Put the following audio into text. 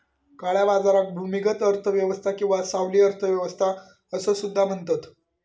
काळ्या बाजाराक भूमिगत अर्थ व्यवस्था किंवा सावली अर्थ व्यवस्था असो सुद्धा म्हणतत